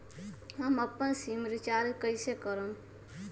हम अपन SIM recharge कइसे करम?